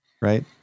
right